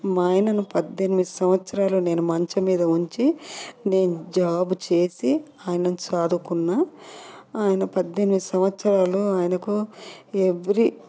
మా ఆయనను పద్దెనిమిది సంవత్సరాలు నేను మంచం మీద ఉంచి నేను జాబ్ చేసి ఆయనను సాదుకున్న ఆయన పద్దెనిమిది సంవత్సరాలు ఆయనకు ఎవ్రీ